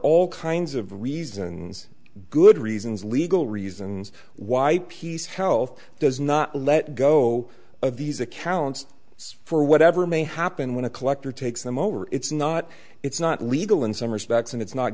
all kinds of reasons good reasons legal reasons why piece health does not let go of these accounts for whatever may happen when a collector takes them over it's not it's not legal in some respects and it's not